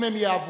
אם הן יעברו.